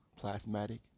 plasmatic